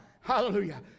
Hallelujah